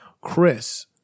Chris